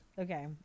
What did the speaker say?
Okay